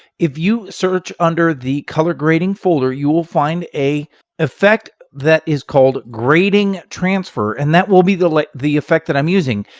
if you search under the color grading folder you will find a effect that is called grading transfer, and that will be the like the effect that i'm using.